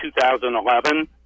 2011